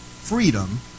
freedom